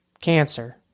cancer